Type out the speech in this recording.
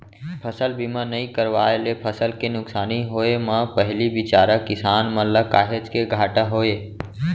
फसल बीमा नइ करवाए ले फसल के नुकसानी होय म पहिली बिचारा किसान मन ल काहेच के घाटा होय